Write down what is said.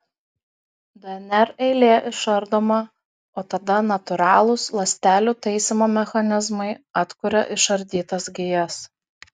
dnr eilė išardoma o tada natūralūs ląstelių taisymo mechanizmai atkuria išardytas gijas